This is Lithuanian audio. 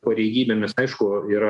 pareigybėmis aišku yra